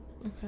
Okay